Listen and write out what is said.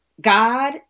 God